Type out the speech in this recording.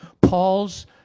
Paul's